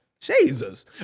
Jesus